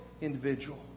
individual